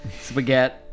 spaghetti